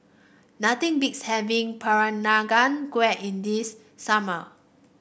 nothing beats having Peranakan Kueh in this summer